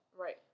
Right